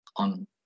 on